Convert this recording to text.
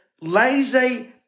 lazy